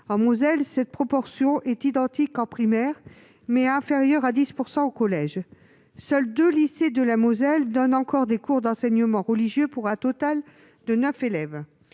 En Moselle, cette proportion est identique en primaire, mais inférieure à 10 % au collège ; seuls deux lycées de ce département délivrent encore des cours d'enseignement religieux pour un total de neuf élèves.